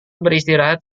beristirahat